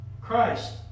Christ